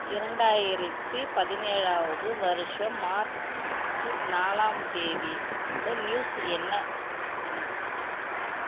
இரண்டாயிரத்தி பதினேழாவது வருஷம் மார்ச் நாலாம் தேதியோட நியூஸ் என்ன என்ன